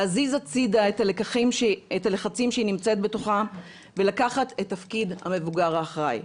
להזיז הצידה את הלחצים שהיא נמצאת בהם ולקחת את תפקיד המבוגר האחראי.